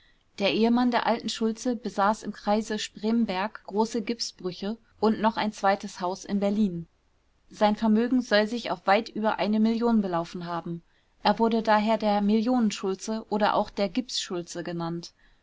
der ehemann der alten schultze besaß im kreise spremberg große gipsbrüche und noch ein zweites haus in berlin sein vermögen soll sich auf weit über eine million belaufen haben er wurde daher der millionen schultze oder auch der gips schultze genannt